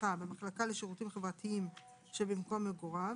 רווחה במחלקה לשירותים חברתיים שבמקום מגוריו,